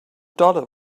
dollar